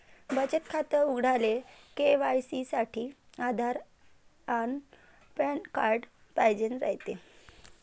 बचत खातं उघडाले के.वाय.सी साठी आधार अन पॅन कार्ड पाइजेन रायते